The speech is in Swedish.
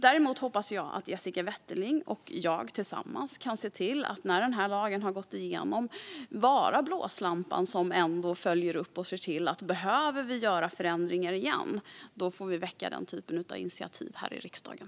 Däremot hoppas jag att Jessica Wetterling och jag tillsammans när lagen har gått igenom kan vara en blåslampa och följa upp och se om vi behöver göra förändringar igen, för då får vi ta den typen av initiativ här i riksdagen.